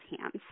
hands